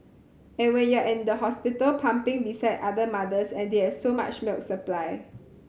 and when you're at the hospital pumping beside other mothers and they have so much milk supply